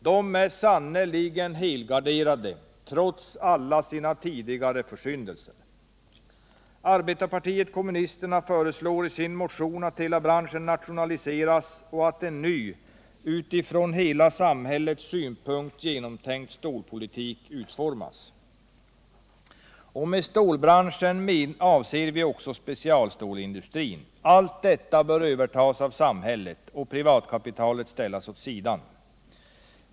De är sannerligen helgarderade, trots alla sina tidigare försyndelser. Arbetarpartiet kommunisterna föreslår i sin motion att hela branschen nationaliseras och att en ny, utifrån hela samhällets synpunkt genomtänkt stålpolitik utformas. Med stålbranschen avser vi också specialstålsindustrin. Allt detta bör övertas av samhället och privatkapitalet ställas åt sidan.